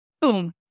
boom